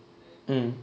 mm